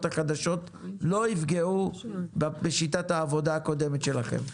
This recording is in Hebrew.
החדשות לא יפגעו בשיטת העבודה הקודמת שלכם.